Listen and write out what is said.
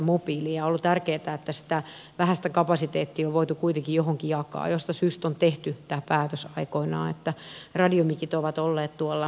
on ollut tärkeätä että sitä vähäistä kapasiteettia on voitu kuitenkin johonkin jakaa mistä syystä on tehty tämä päätös aikoinaan että radiomikit ovat olleet tuolla taajuudella